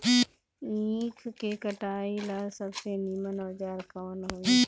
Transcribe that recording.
ईख के कटाई ला सबसे नीमन औजार कवन होई?